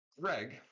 greg